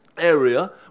area